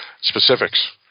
specifics